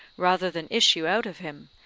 rather than issue out of him,